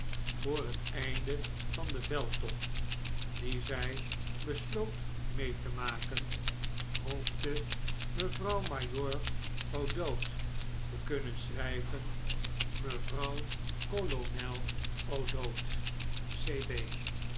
voor het einde van den veldtocht dien zij besloot mee te maken hoopte mevrouw majoor o'dowd te kunnen schrijven mevrouw kolonel o'dowd